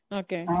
okay